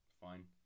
fine